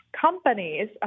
companies